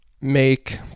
make